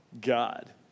God